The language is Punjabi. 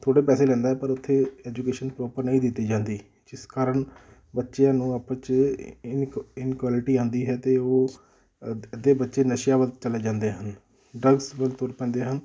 ਥੋੜ੍ਹੇ ਪੈਸੇ ਲੈਂਦਾ ਪਰ ਉੱਥੇ ਐਜੂਕੇਸ਼ਨ ਪ੍ਰੋਪਰ ਨਹੀਂ ਦਿੱਤੀ ਜਾਂਦੀ ਜਿਸ ਕਾਰਨ ਬੱਚਿਆਂ ਨੂੰ ਆਪਸ 'ਚ ਇਨਕ ਇਨਕੁਐਲਿਟੀ ਆਉਂਦੀ ਹੈ ਅਤੇ ਉਹ ਅੱਧੇ ਬੱਚੇ ਨਸ਼ਿਆਂ ਵੱਲ ਚਲੇ ਜਾਂਦੇ ਹਨ ਡਰੱਗਸ ਵੱਲ ਤੁਰ ਪੈਂਦੇ ਹਨ